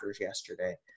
yesterday